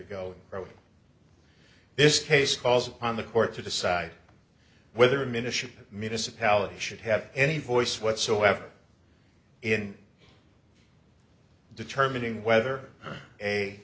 ago probably in this case calls upon the court to decide whether minissha municipality should have any voice whatsoever in determining whether a